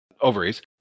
ovaries